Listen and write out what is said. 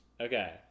Okay